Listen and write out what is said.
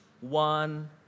one